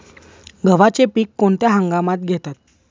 गव्हाचे पीक कोणत्या हंगामात घेतात?